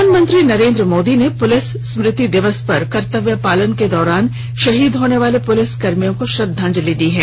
प्रधानमंत्री नरेंद्र मोदी ने पुलिस स्मृति दिवस पर कर्तव्यपालन के दौरान शहीद होने वाले पुलिस कर्मियों को श्रद्वांजलि दी है